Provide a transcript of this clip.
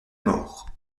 mort